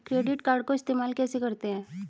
Credit card को इस्तेमाल कैसे करते हैं?